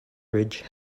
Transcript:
ridge